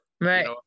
Right